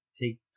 take